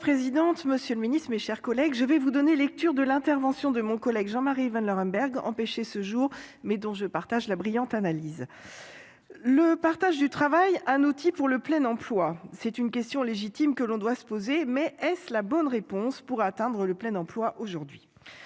le secrétaire d'État, mes chers collègues, je vais vous donner lecture de l'intervention de mon collègue Jean-Marie Vanlerenberghe, empêché ce jour, mais dont je partage la brillante analyse. Le partage du travail : un outil pour le plein emploi ? C'est une question légitime que l'on doit se poser, mais ledit partage est-il bien la bonne réponse pour atteindre le plein emploi aujourd'hui ?